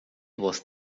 was